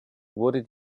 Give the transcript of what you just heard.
wurde